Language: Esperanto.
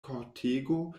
kortego